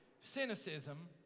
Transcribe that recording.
cynicism